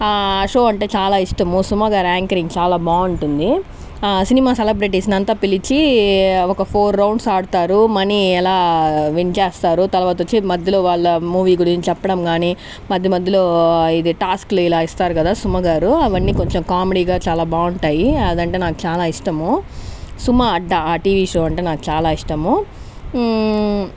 show అంటే చాలా ఇష్టము సుమ గారి యాంకరింగ్ చాలా బాగుంటుంది సినిమా సెలబ్రిటీస్ని అంతా పిలిచి ఒక ఫోర్ రౌండ్స్ ఆడతారు మనీ ఎలా విన్ చేస్తారు తర్వాత వచ్చి మధ్యలో వాళ్ళ మూవీ గురించి చెప్పడం కాని మధ్య మధ్యలో ఇది టాస్కులు ఇలా ఇస్తారు కదా సుమ గారు అవన్నీ కొంచెం కామెడీగా చాలా బాగుంటాయి అది అంటే చాలా ఇష్టము సుమ అడ్డ ఆ టీవీ షో అంటే నాకు చాలా ఇష్టము